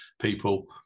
people